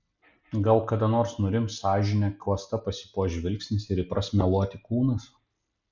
gal kada nors nurims sąžinė klasta pasipuoš žvilgsnis ir įpras meluoti kūnas